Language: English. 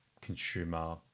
consumer